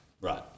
Right